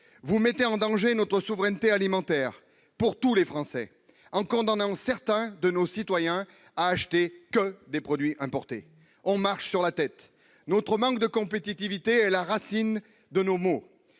Vous mettez en danger notre souveraineté alimentaire en condamnant certains de nos concitoyens à n'acheter que des produits importés. On marche sur la tête ! Notre manque de compétitivité est à la racine de nos maux